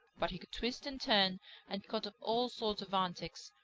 but he could twist and turn and cut up all sorts of antics,